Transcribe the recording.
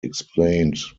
explained